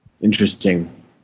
Interesting